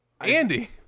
Andy